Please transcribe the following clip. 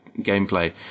gameplay